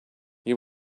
you